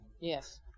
Yes